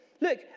look